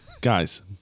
guys